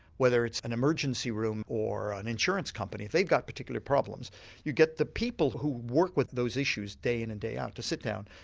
whether it's an emergency room, or an insurance company, if they've got particular problems you get the people who work with those issues day in and day out to sit down,